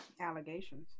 Allegations